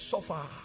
suffer